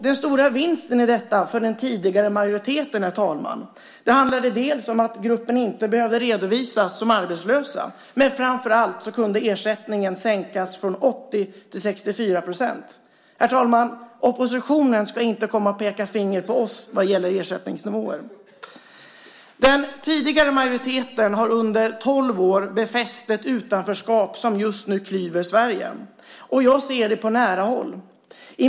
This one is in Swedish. Den stora vinsten i detta för den tidigare majoriteten, herr talman, handlade om att gruppen inte behövde redovisas som arbetslösa, men framför allt kunde ersättningen sänkas från 80 till 64 %. Herr talman! Oppositionen ska inte komma och peka finger åt oss vad gäller ersättningsnivåer. Den tidigare majoriteten har under tolv år befäst ett utanförskap som just nu klyver Sverige. Jag ser det på nära håll.